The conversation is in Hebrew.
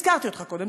הזכרתי אותך קודם,